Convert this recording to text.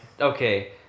okay